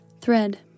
Thread